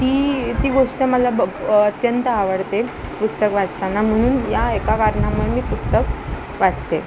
ती ती गोष्ट मला अत्यंत आवडते पुस्तक वाचताना म्हणून या एका कारणामुळे मी पुस्तक वाचते